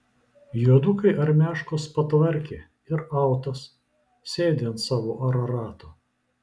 juodukai armiaškos patvarkė ir autas sėdi ant savo ararato